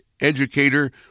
educator